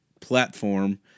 platform